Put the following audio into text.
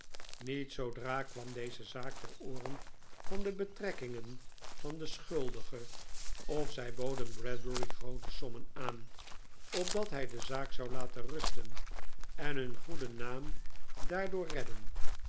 niet zoodra kwam deze zaak ter ooren van de betrekkingen van den schuldige of zij boden bradbury groote sommen aan opdat hij de zaak zou laten rusten en hun goeden naam daardoor redden